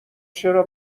چرا